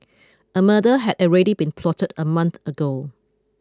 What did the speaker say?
a murder had already been plotted a month ago